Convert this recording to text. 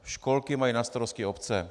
Školky mají na starosti obce.